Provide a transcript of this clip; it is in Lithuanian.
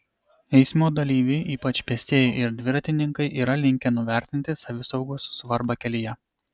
eismo dalyviai o ypač pėstieji ir dviratininkai yra linkę nuvertinti savisaugos svarbą kelyje